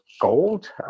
gold